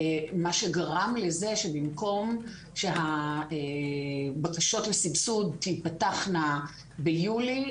שגרם לזה שבמקום שהבקשות לסבסוד תתפתחנה ביולי,